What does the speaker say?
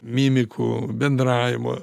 mimikų bendravimo